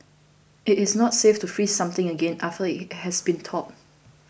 it is not safe to freeze something again after it has thawed